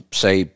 say